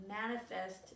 manifest